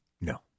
No